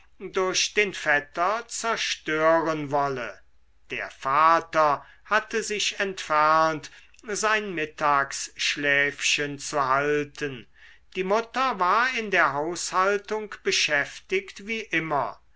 durch den vetter zerstören wolle der vater hatte sich entfernt sein mittagsschläfchen zu halten die mutter war in der haushaltung beschäftigt wie immer